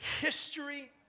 history